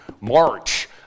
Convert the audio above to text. March